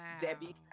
Debbie